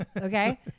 okay